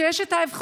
כאשר יש אבחון,